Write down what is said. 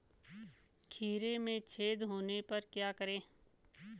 खीरे में छेद होने पर क्या करें?